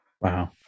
Wow